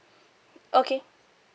okay